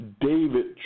David